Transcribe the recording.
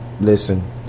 listen